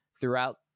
throughout